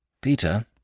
Peter